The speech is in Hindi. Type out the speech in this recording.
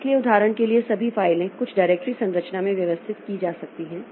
इसलिए उदाहरण के लिए सभी फाइलें कुछ डायरेक्टरी संरचना में व्यवस्थित की जा सकती हैं